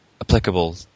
applicable